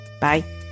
bye